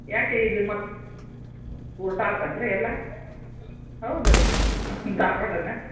ಯಾಕೆ ಇದು ಮತ್ತೆ ಉಲ್ಟಾ ಆತೇನು ರೀ ಎಲ್ಲ ಹೌದ್ರಿ ಧಾರವಾಡೇಯಾ